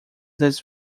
das